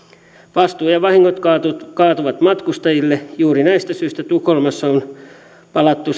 vastuu ja vahingot kaatuvat kaatuvat matkustajille juuri näistä syistä tukholmassa on palattu